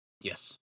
yes